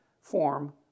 form